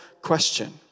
question